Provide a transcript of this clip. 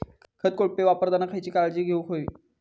खत कोळपे वापरताना खयची काळजी घेऊक व्हयी?